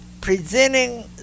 presenting